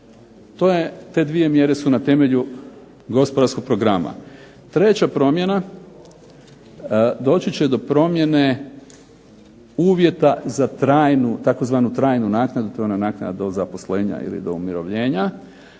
Te 2 mjere su na temelju gospodarskog programa. Treća promjena, doći će do promjene uvjeta za trajnu tzv. trajnu naknadu. To je ona naknada do zaposlenja ili do umirovljenja.